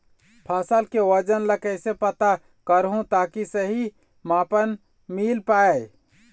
फसल के वजन ला कैसे पता करहूं ताकि सही मापन मील पाए?